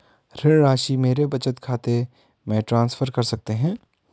ऋण राशि मेरे बचत खाते में ट्रांसफर कर सकते हैं?